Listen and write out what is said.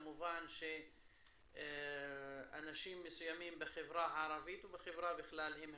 כמובן שאנשים מסוימים בחברה הערבית ובחברה בכלל הם הכתובת.